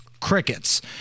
Crickets